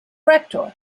rector